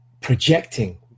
projecting